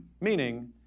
meaning